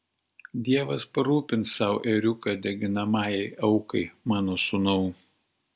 dievas parūpins sau ėriuką deginamajai aukai mano sūnau